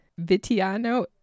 Vitiano